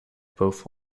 both